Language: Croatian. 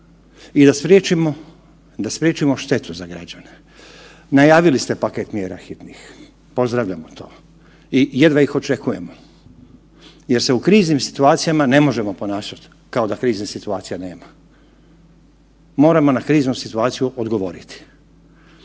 da spriječimo štetu za građane. Najavili ste paket mjera, pozdravljam i jedva ih očekujem jer se u kriznim situacijama ne možemo ponašati kao da kriznih situacija nema. Moramo na kriznu situaciju odgovoriti.